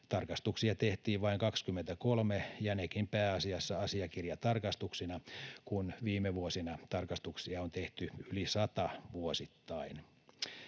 Tarkastuksia tehtiin vain 23, ja nekin pääasiassa asiakirjatarkastuksina, kun viime vuosina tarkastuksia on tehty yli sata vuosittain.